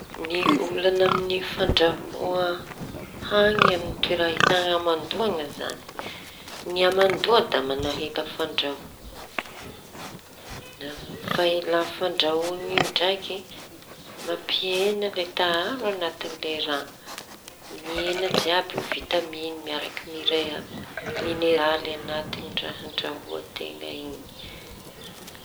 Ny olaña amin'ny fandrahoa hañina amy toera ahita hamandoaña zañy ny hamandoaña da mañaela fandrahoa. Le faela fandrahoa iñy ndraiky mampiheña lay taharo añaty le raha. Miheña jiaby ny vitaminy miaraky mine- mineraly anatin'ilay raha andraoa teña iñy.